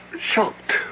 shocked